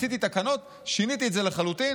עשיתי תקנות, שיניתי את זה לחלוטין.